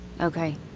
Okay